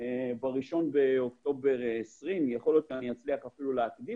ב-1 באוקטובר 2020. יכול להיות שאני אצליח להקדים